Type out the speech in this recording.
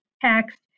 text